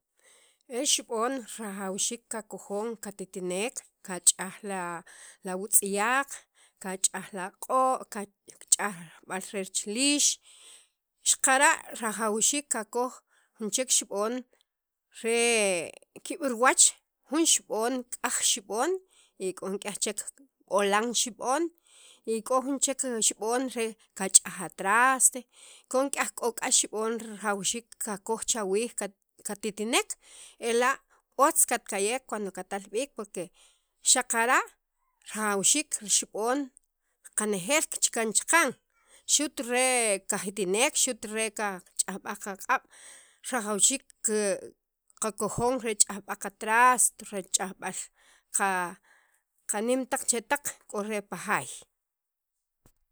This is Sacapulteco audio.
el xib'on rajawxiik kakojon katitinwnek kach'aj la wutz'yaq kach'aj la q'o' kach'aj kach'aj rib'al liix xaqara' rajawxiik kakoj jun chek xib'on re kiib' riwach jun xib'on k'aj xib'on y k'o nik'yaj chek b'olan xib'on y k'o jun chek axib'on re kach'aj a traste k'o k'oka'l xib'on rajwxiik kakoj chawiij katitinek ela' otz katka'yek porque xaqara' rajawxiik rixib'on qanejeel kichakan chaqan xu't re kajitinek xu't re qach'ajb'al qaqa'b' rajawxiik ki qakojon re ch'ajb'al qatrasto re ch'ajb'al qa qa niin taq chetaq k'o re pa jaay.